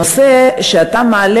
הנושא שאתה מעלה,